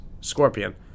scorpion